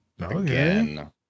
again